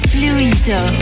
Fluido